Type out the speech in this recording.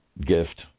gift